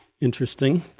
Interesting